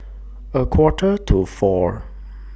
A Quarter to four